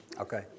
Okay